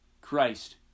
Christ